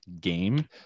game